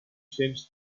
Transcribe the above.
cents